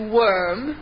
worm